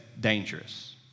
dangerous